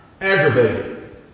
aggravated